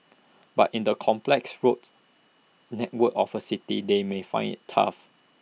but in the complex roads network of A city they may find IT tough